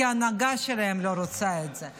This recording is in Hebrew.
כי ההנהגה שלהם לא רוצה את זה.